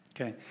okay